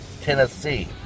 Tennessee